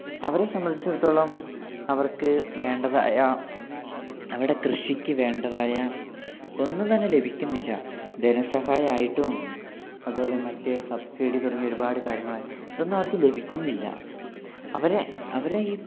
അവരെ സംബന്ധിച്ചിടത്തോളം അവർക്കു വേണ്ടതായ അവിടെ കൃഷിക്ക് വേണ്ടതായ ഒന്നും തന്നെ ലഭിക്കുന്നില്ല ധനസഹമായിട്ടും അതുപോലെ മറ്റേ സബ്സിഡി തുടങ്ങി ഒരുപാടു കാര്യങ്ങളെ ഇതൊന്നും അവർക്ക് ലഭിക്കുന്നില്ല അവരെ അവരെ ഈ